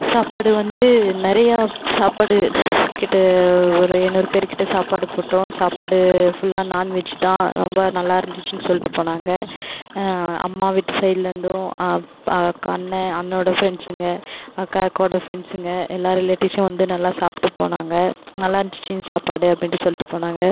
சாப்பாடு வந்து நிறையா சாப்பாடு கிட்ட ஒரு ஐநூறு பேருகிட்ட சாப்பாடு போட்டோம் சாப்பாடு ஃபுல்லாக நான்வெஜ் தான் ரொம்ப நல்லாருந்துச்சுன்னு சொல்லிட்டுப்போனாங்க அம்மா வீட்டு சைடுலேருந்தும் அண்ண அண்ணனோடய ஃபிரண்ட்ஸுங்க அக்கா அக்காவோடய ஃபிரண்ட்ஸுங்க எல்லா ரிலேட்டிவ்ஸும் வந்து நல்லா சாப்பிட்டு போனாங்க நல்லாருந்துச்சு சாப்பாடு அப்படின்ட்டு சொல்லிட்டு போனாங்க